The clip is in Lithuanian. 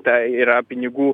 ta yra pinigų